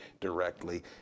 directly